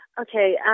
Okay